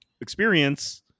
experience